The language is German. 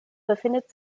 befindet